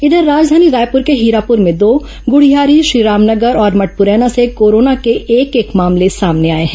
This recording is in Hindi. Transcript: इधर राजधानी रायपुर के हीरापुर में दो गुढ़ियारी श्रीराम नगर और मठपुरैना से कोरोना के एक एक मामले सामने आए हैं